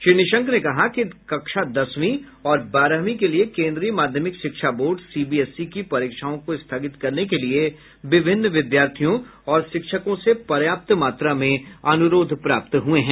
श्री निशंक ने कहा कि कक्षा दसवीं और बारहवीं के लिए केन्द्रीय माध्यमिक शिक्षा board C B S E की परीक्षाओं को स्थगित करने के लिए विभिन्न विद्यार्थियों और शिक्षकों से पर्याप्त मात्रा में अनुरोध प्राप्त हुए हैं